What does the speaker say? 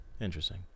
Interesting